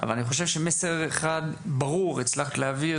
אבל אני חושב שמסר אחד ברור הצלחת להעביר,